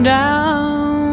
down